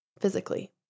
physically